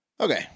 okay